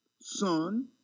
Son